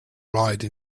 ride